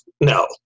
no